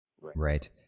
right